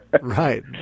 right